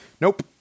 Nope